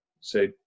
say